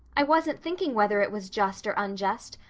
i wasn't thinking whether it was just or unjust.